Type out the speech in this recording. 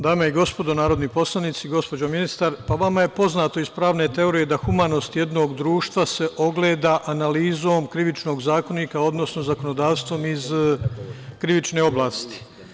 Dame i gospodo narodni poslanici, gospođo ministar, vama je poznato iz pravne teorije da humanost jednog društva se ogleda analizom Krivičnog zakonika, odnosno zakonodavstvom iz krivične oblasti.